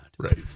Right